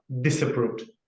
disapproved